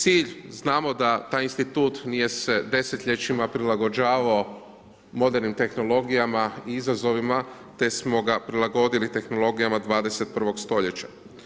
Cilj, znamo da taj institutu nije se desetljećima prilagođavao modernim tehnologijama i izazovima te smo ga prilagodili tehnologijama 21 stoljeća.